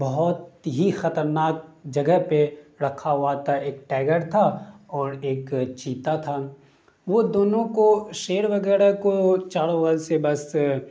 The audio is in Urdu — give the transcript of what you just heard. بہت ہی خطرناک جگہ پہ رکھا ہوا تھا ایک ٹائیگر تھا اور ایک چیتا تھا وہ دونوں کو شیر وغیرہ کو چاروں بغل سے بس